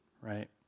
right